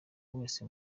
wese